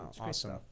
awesome